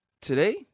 today